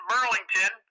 Burlington